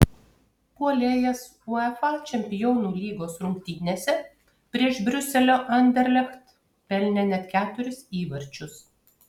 puolėjas uefa čempionų lygos rungtynėse prieš briuselio anderlecht pelnė net keturis įvarčius